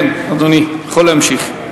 אדוני, אתה יכול להמשיך.